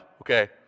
Okay